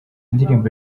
indirimbo